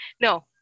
no